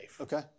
Okay